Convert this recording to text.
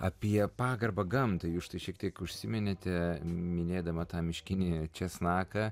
apie pagarbą gamtai jūs štai šiek tiek užsiminėte minėdama tą miškinį česnaką